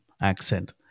accent